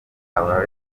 aba